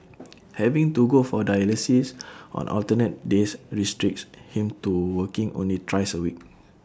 having to go for dialysis on alternate days restricts him to working only thrice A week